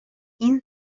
این